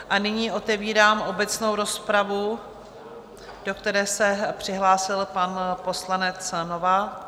A nyní otevírám obecnou rozpravu, do které se přihlásil pan poslanec Novák.